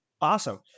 Awesome